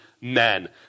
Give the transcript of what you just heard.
men